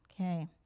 Okay